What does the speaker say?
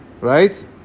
Right